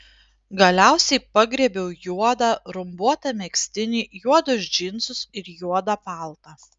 galiausiai pagriebiau juodą rumbuotą megztinį juodus džinsus ir juodą paltą